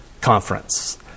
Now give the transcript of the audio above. conference